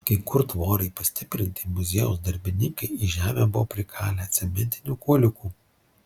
kai kur tvorai pastiprinti muziejaus darbininkai į žemę buvo prikalę cementinių kuoliukų